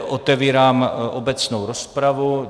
Otevírám obecnou rozpravu.